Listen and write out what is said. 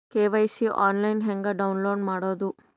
KYC online ಹೆಂಗ್ download ಮಾಡೋದು?